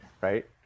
Right